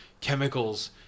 chemicals